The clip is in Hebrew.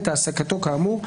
את העסקתו כאמור,